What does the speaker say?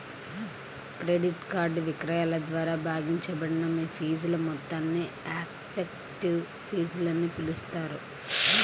credit card విక్రయాల ద్వారా భాగించబడిన మీ ఫీజుల మొత్తాన్ని ఎఫెక్టివ్ ఫీజులని పిలుస్తారు